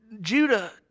Judah